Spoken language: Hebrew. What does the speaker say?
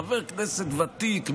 חבר כנסת ותיק,